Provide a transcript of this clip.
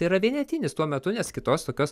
tai yra vienetinis tuo metu nes kitos tokios